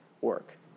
work